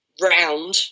round –